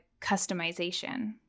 customization